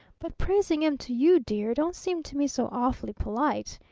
but praising em to you, dear, don't seem to me so awfully polite.